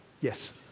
Yes